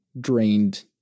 drained